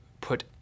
put